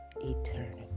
eternity